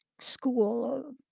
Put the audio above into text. school